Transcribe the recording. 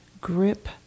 grip